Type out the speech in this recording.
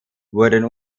wurden